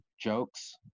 jokes